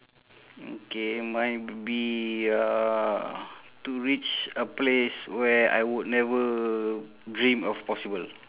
okay mine would be uh to reach a place where I would never dream of possible